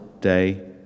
day